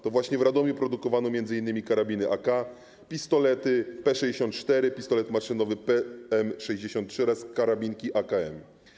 To właśnie w Radomiu produkowano m.in. karabiny AK, pistolety P-64, pistolety maszynowe PM-63 oraz karabinki AKM.